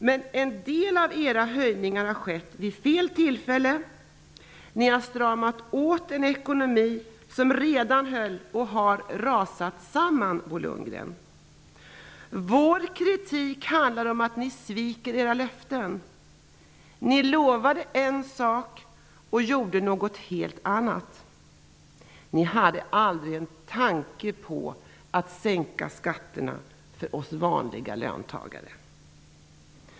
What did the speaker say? Men en del av era höjningar har skett vid fel tillfällen. Ni har stramat åt en ekonomi som redan höll på att rasa, och har rasat, samman, Bo Vår kritik handlar om att ni sviker era löften. Ni lovade en sak och gjorde något helt annat. Ni hade aldrig en tanke på att sänka skatterna för oss vanliga löntagare.